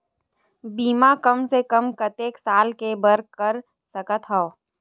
बीमा कम से कम कतेक साल के बर कर सकत हव?